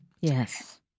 Yes